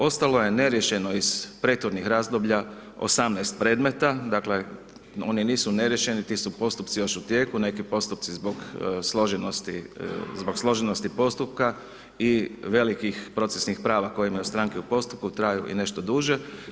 Ostalo je neriješeno iz prethodnih razdoblja 18 predmeta, dakle oni nisu neriješeni, ti su postupci još u tijeku, neki postupci zbog složenosti, zbog složenosti postupka i velikih procesnih prava koje imaju stranke u postupku traju i nešto duže.